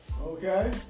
okay